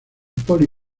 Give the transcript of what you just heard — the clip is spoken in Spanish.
polly